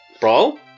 Brawl